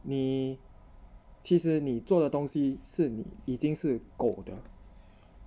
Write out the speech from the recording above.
你其实你做的东西是你已经是够的